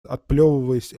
отплевываясь